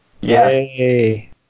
Yay